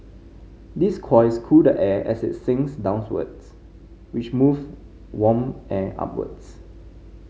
these coils cool the air as it sinks down wards which move warm air upwards